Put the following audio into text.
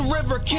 River